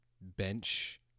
bench